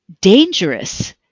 dangerous